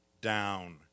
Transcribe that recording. down